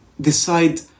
decide